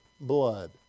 Blood